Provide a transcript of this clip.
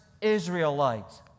Israelites